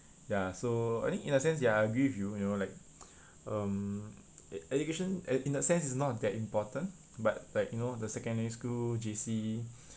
ya so I think in a sense ya I agree with you you know like um e~ education e~ in a sense is not that important but like you know the secondary school J_C